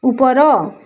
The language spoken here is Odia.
ଉପର